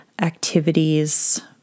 activities